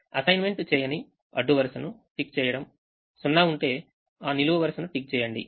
assignment చేయని అడ్డు వరుసను టిక్ చేయండి 0 ఉంటే ఆ నిలువు వరుసను టిక్ చేయండి